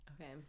Okay